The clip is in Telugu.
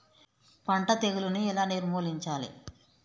పంట తెగులుని ఎలా నిర్మూలించాలి?